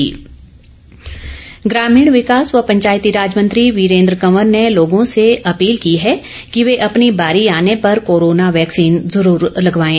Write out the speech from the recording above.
वीरेन्द्र कंवर ग्रामीण विकास व पंचायतीराज मंत्री वीरेन्द्र कंवर ने लोगों से अपील की है कि वे अपनी बारी आने पर कोरोना वैक्सीन ज़रूर लगवाएं